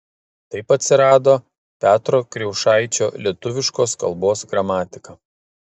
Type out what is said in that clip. taip atsirado petro kriaušaičio lietuviškos kalbos gramatika